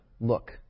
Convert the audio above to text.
look